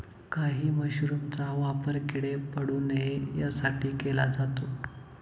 काही मशरूमचा वापर किडे पडू नये यासाठी केला जातो